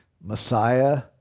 messiah